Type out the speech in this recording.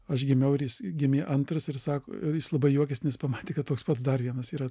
aš gimiauir jis gimė antras ir sako ir jis labai juokias nes pamatė kad toks pats dar vienas yra